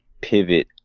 pivot